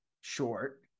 short